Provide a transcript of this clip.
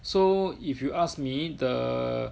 so if you ask me the